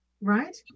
Right